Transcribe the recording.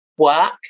work